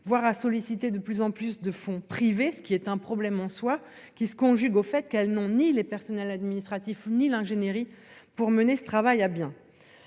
voire à solliciter de plus en plus de fonds privés, ce qui est un problème en soi qui se conjugue au fait qu'elles n'ont ni les personnels administratifs ni l'ingénierie pour mener ce travail a bien